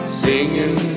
singing